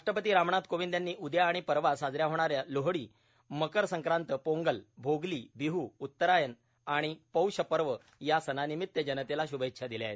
राष्ट्रपती रामनाथ कोविंद यांनी उद्या आणि परवा साजऱ्या होणाऱ्या लोहरीए मकर संक्रांत पोंगल ओगली बीहू उत्तरायण आणि पौष पर्व या सणांनिमित्त जनतेला शुभेच्छा दिल्या आहेत